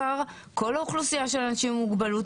כל האוכלוסייה של אנשים עם מוגבלות,